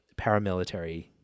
paramilitary